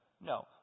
No